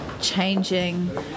changing